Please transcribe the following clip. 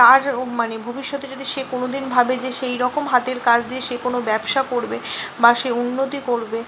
তারও মানে ভবিষ্যতে যদি সে কোনো দিন ভাবে যে সেইরকম হাতের কাজ দিয়ে সে কোনো ব্যবসা করবে বা সে উন্নতি করবে